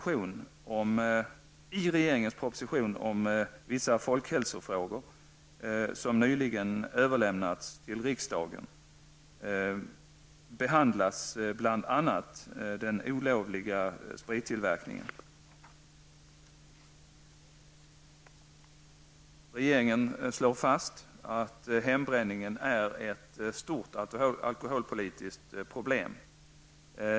I regeringens proposition om vissa folkhälsofrågor som nyligen har överlämnats till riksdagen behandlas bl.a. den olovliga sprittillverkningen. Regeringen slår fast att hembränningen är ett stort alkoholpolitiskt problem.